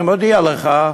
אני מודיע לך,